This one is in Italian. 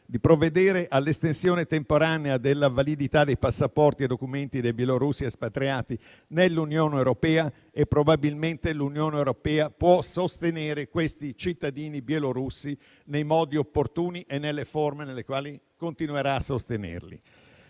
di provvedere all'estensione temporanea della validità dei passaporti e dei documenti dei bielorussi espatriati nell'Unione europea e probabilmente l'Unione europea può sostenere questi cittadini bielorussi nei modi opportuni e nelle forme nelle quali continuerà a sostenerli.